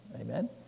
amen